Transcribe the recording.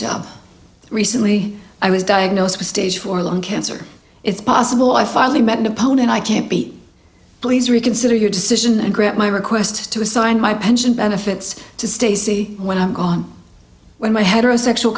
job recently i was diagnosed with stage four lung cancer it's possible i finally met an opponent i can't be please reconsider your decision and grant my request to assign my pension benefits to stacey when i'm gone when my heterosexual